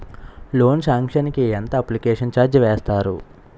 Loan sanction కి ఎంత application charge వేస్తారు?